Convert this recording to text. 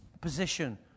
position